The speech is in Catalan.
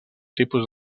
tipus